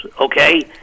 okay